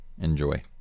Enjoy